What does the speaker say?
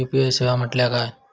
UPI सेवा म्हटल्या काय?